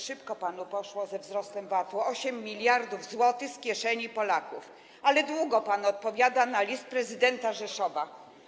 Szybko panu poszło ze wzrostem VAT-u, 8 mld zł z kieszeni Polaków, ale długo pan odpowiada na list prezydenta Rzeszowa.